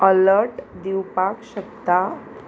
alert दिवपाक शकता